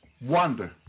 wonder